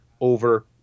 over